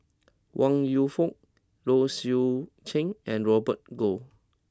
Wong Yoon Wah Low Swee Chen and Robert Goh